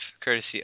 courtesy